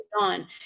on